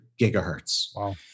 gigahertz